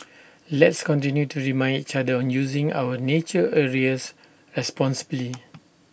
let's continue to remind each other on using our nature areas responsibly